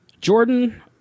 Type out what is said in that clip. Jordan